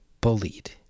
bullied